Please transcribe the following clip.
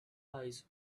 eyes